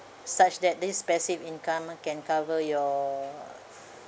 such that this passive income can cover your